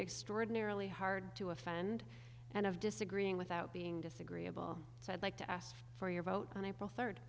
extraordinarily hard to offend and of disagreeing without being disagreeable so i'd like to ask for your vote on april